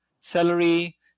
celery